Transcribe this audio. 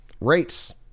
Rates